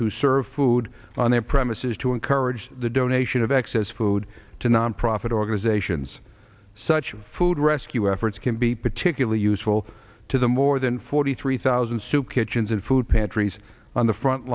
who serve food on their premises to encourage the donation of excess food to nonprofit organizations such as food rescue efforts can be particularly useful to the more than forty three thousand soup kitchens and food pantries on the